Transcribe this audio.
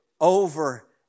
over